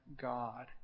God